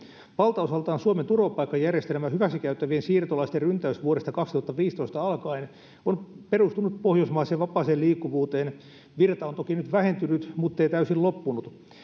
valtaosaltaan suomen turvapaikkajärjestelmää hyväksikäyttävien siirtolaisten ryntäys vuodesta kaksituhattaviisitoista alkaen on perustunut pohjoismaiseen vapaaseen liikkuvuuteen virta on toki nyt vähentynyt muttei täysin loppunut